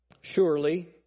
Surely